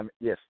yes